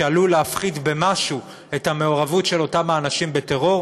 שעלול להפחית במשהו את המעורבות של אותם אנשים בטרור,